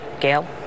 Gail